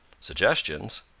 Suggestions